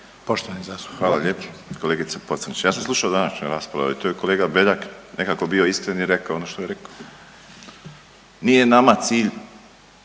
Josip (HDZ)** Hvala lijepo kolegice Pocrnić. Ja sam slušao današnju raspravu i tu je kolega Beljak nekako bio iskren i rekao ono što je rekao. Nije nama cilj